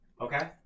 Okay